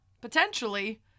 potentially